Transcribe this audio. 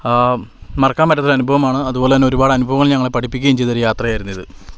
മറക്കാൻ പറ്റാത്ത ഒരനുഭവമാണ് അതുപോലെ തന്നെ ഒരുപാടാനുഭവങ്ങൾ ഞങ്ങളെ പഠിപ്പിക്കുകയും ചെയ്തൊരു യാത്രയായിരുന്നു ഇത്